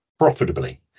profitably